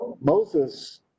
Moses